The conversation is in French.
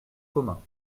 commun